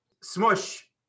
Smush